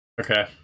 Okay